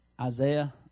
Isaiah